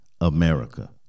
America